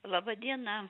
laba diena